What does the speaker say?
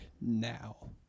now